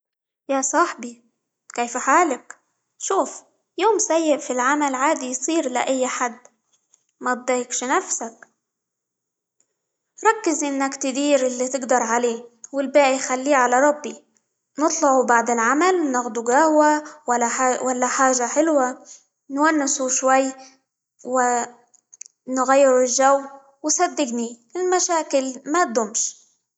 يا صاحبي كيف حالك؟ شوف يوم سيء في العمل عادي يصير لأى حد، ما تضايقش نفسك، ركز إنك تدير اللي تقدر عليه، والباقي خليه على ربي، نطلعوا بعد العمل، ناخدوا قهوة، -ولا حا- ولا حاجة حلوة، نونسوا شوي، ونغير الجو، وصدقني المشاكل ما تدومش.